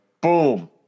boom